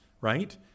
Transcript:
right